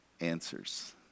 answers